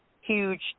huge